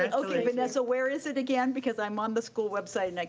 and okay vanessa, where is it again? because i'm on the school website, like